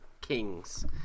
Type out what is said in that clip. kings